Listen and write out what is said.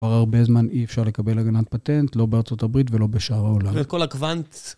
כבר הרבה זמן אי אפשר לקבל הגנת פטנט לא בארצות הברית ולא בשאר העולם. וכל הקוונט...